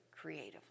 creatively